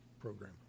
program